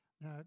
Now